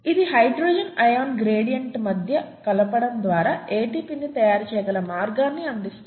ఇది hydrogen ion gradient మధ్య కలపడం ద్వారా ATPని తయారు చేయగల మార్గాన్ని అందించింది